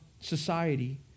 society